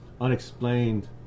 unexplained